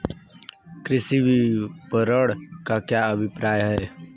कृषि विपणन का क्या अभिप्राय है?